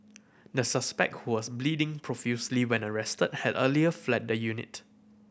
the suspect who was bleeding profusely when arrested had earlier fled the unit